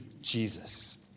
Jesus